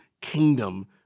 kingdom